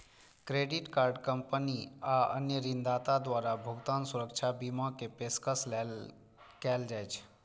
credit card company आ अन्य ऋणदाता द्वारा भुगतान सुरक्षा बीमा के पेशकश कैल जाइ छै